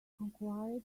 conquer